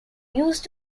used